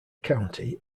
county